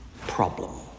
problem